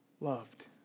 Loved